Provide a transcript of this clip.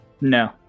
No